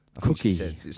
Cookie